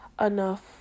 enough